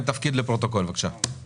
שם ותפקיד לפרוטוקול בבקשה.